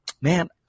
man